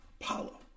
Apollo